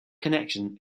connection